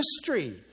history